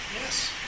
Yes